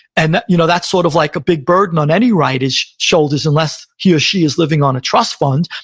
and you know that's sort of like a big burden on any writer's shoulders, unless he or she is living on a trust fund,